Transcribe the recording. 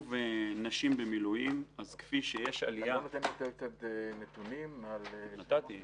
אתה לא נותן קצת יותר נתונים על --- נתתי.